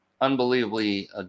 unbelievably